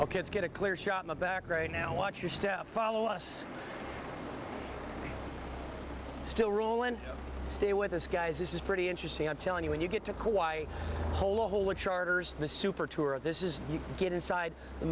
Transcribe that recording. ok let's get a clear shot in the back right now watch your step follow us still rule and stay with us guys this is pretty interesting i'm telling you when you get to quite hole a hole what charters the super tour this is you get inside the